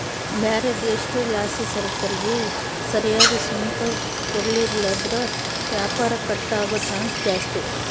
ಬ್ಯಾರೆ ದೇಶುದ್ಲಾಸಿಸರಕಿಗೆ ಸರಿಯಾದ್ ಸುಂಕ ಕೊಡ್ಲಿಲ್ಲುದ್ರ ವ್ಯಾಪಾರ ಕಟ್ ಆಗೋ ಚಾನ್ಸ್ ಜಾಸ್ತಿ